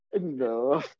no